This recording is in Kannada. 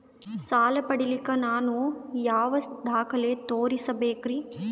ಸಾಲ ಪಡಿಲಿಕ್ಕ ನಾನು ಯಾವ ದಾಖಲೆ ತೋರಿಸಬೇಕರಿ?